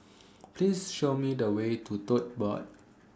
Please Show Me The Way to Tote Board